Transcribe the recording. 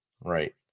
Right